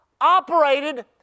operated